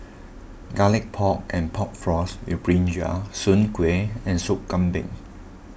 Garlic Pork and Pork Floss with Brinjal Soon Kway and Sop Kambing